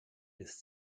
des